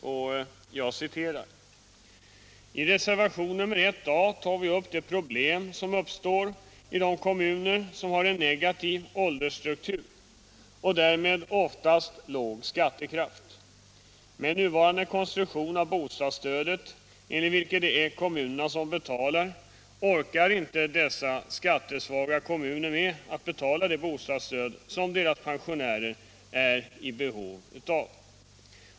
Då anfördes: ”I reservation nr I a tar vi upp det problem som uppstår i de kommuner som har en negativ åldersstruktur och därmed oftast låg skattekraft. Med nuvarande konstruktion av bostadsstödet, enligt vilken det är kommunerna som betalar, orkar inte dessa skattesvaga kommuner med att betala det bostadsstöd som deras pensionärer är i behov av.